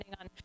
on